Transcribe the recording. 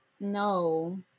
no